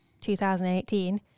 2018